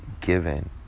given